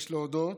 יש להודות,